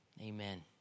Amen